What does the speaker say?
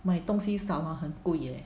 买东西少了很贵 leh